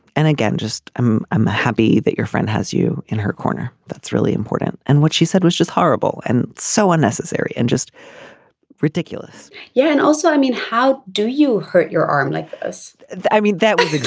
and again just i'm i'm happy that your friend has you in her corner. that's really important. and what she said was just horrible and so unnecessary and just ridiculous yeah. and also i mean how do you hurt your arm like this i mean that was